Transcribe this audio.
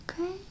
Okay